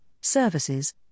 services